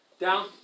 down